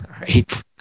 right